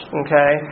okay